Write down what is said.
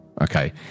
Okay